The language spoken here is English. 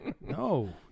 No